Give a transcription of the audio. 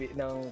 ng